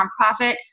nonprofit